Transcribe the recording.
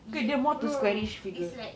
ye~ no it's like